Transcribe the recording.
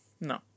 no